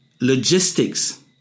logistics